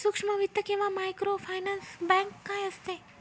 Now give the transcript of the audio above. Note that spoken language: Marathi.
सूक्ष्म वित्त किंवा मायक्रोफायनान्स बँक काय असते?